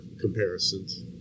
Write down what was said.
comparisons